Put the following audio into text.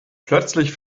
plötzlich